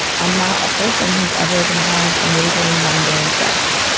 i'm not a person who's ever going to have amazing, mind blowing sex